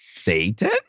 Satan